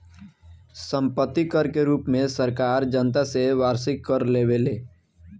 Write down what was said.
सम्पत्ति कर के रूप में सरकार जनता से वार्षिक कर लेवेले